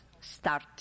start